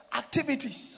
activities